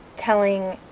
telling